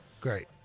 Great